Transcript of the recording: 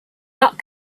not